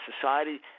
society